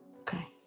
Okay